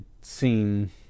seen